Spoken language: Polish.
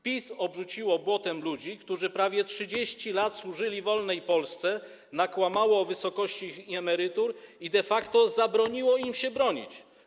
PiS obrzuciło błotem ludzi, którzy prawie 30 lat służyli wolnej Polsce, nakłamało o wysokości ich emerytur i de facto zabroniło im się bronić.